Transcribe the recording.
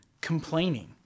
complaining